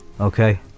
Okay